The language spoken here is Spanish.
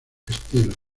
estilos